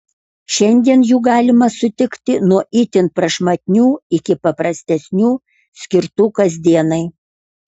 šiandien jų galima sutikti nuo itin prašmatnių iki paprastesnių skirtų kasdienai